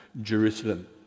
Jerusalem